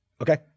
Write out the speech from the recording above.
Okay